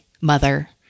mother